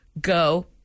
Go